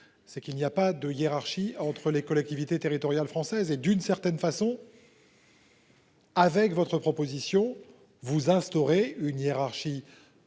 c'est qu'il n'y a pas de hiérarchie entre les collectivités territoriales françaises et d'une certaine façon. Avec votre proposition vous instaurer une hiérarchie